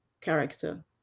character